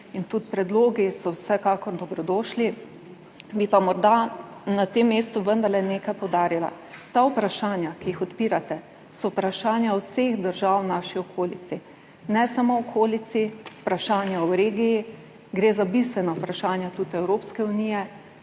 In tudi predlogi so vsekakor dobrodošli. Bi pa morda na tem mestu vendarle nekaj poudarila. Ta vprašanja, ki jih odpirate, so vprašanja vseh držav v naši okolici, ne samo v okolici, vprašanja v regiji, gre za bistvena vprašanja tudi Evropske unije.